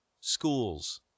schools